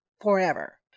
forever